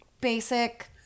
Basic